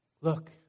Look